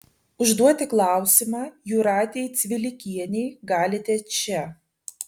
užduoti klausimą jūratei cvilikienei galite čia